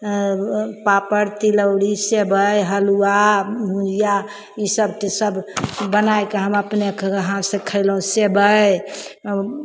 पापड़ तिलौड़ी सेबइ हलुआ भुजिआ ईसब चीज सब बनायके हम अपने हाथसँ खयलहुँ सेबइ